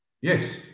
Yes